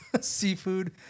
seafood